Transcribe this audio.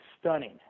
stunning